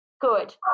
good